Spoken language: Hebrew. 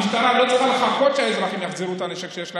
המשטרה לא צריכה לחכות שהאזרחים יחזירו את הנשק שיש להם,